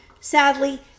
sadly